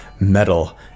metal